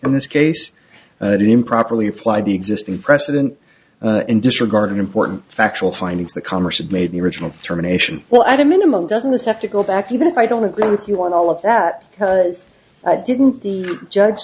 in this case improperly applied the existing precedent and disregarding important factual findings the congress had made the original termination well i minimum doesn't the sceptical back even if i don't agree with you on all of that because i didn't the judge